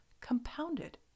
compounded